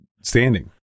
standing